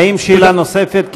האם שאלה נוספת?